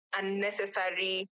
unnecessary